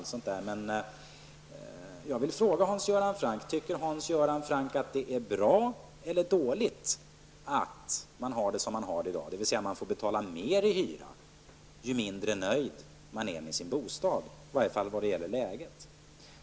Tycker Hans Göran Franck att det system som vi har i dag är bra eller dåligt, d.v.s. att man får betala mera i hyra ju mindre nöjd man är med sin bostad, åtminstone när det gäller läget?